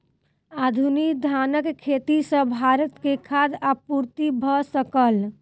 आधुनिक धानक खेती सॅ भारत के खाद्य आपूर्ति भ सकल